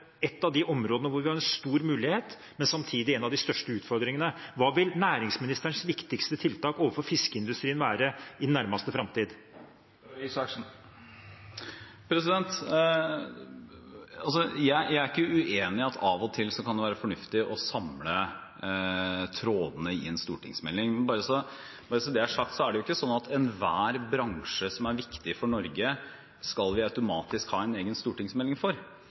et av de områdene hvor vi har stor mulighet, men samtidig en av de største utfordringene: Hva vil næringsministerens viktigste tiltak overfor fiskeindustrien være i den nærmeste framtid? Jeg er ikke uenig i at av og til kan det være fornuftig å samle trådene i en stortingsmelding. Bare så det er sagt, er det ikke sånn at for enhver bransje som er viktig for Norge, skal vi automatisk ha en egen stortingsmelding.